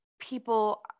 people